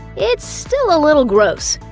it's still a little gross.